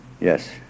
Yes